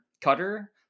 cutter